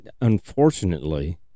unfortunately